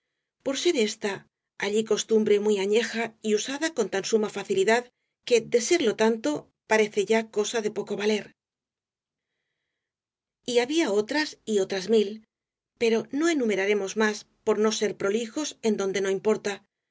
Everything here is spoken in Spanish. por ser ésta allí costumbre muy añeja rosalía de castro y usada con tan suma facilidad que de serlo tanto parece ya cosa de poco valer y había otras y otras mil pero no enumeraremos más por no ser prolijos en donde no importa